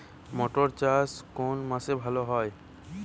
মটর চাষ কোন মাসে ভালো হয়?